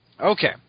Okay